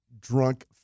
Drunk